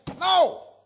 No